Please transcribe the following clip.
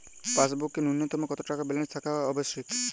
পাসবুকে ন্যুনতম কত টাকা ব্যালেন্স থাকা আবশ্যিক?